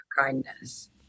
kindness